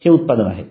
हे उत्पादन आहेत